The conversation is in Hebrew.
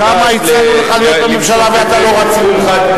כמה הצענו לך להיות בממשלה ואתה לא רצית.